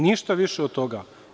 Ništa više od toga.